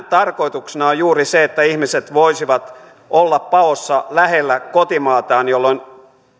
tarkoituksena on juuri se että ihmiset voisivat olla paossa lähellä kotimaataan jolloin